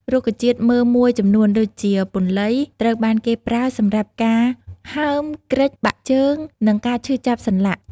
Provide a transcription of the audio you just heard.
រុក្ខជាតិមើមមួយចំនួនដូចជា ពន្លៃ ត្រូវបានគេប្រើសម្រាប់ការហើម គ្រេច បាក់ឆ្អឹង និងការឈឺសន្លាក់។